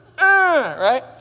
Right